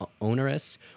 onerous